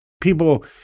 people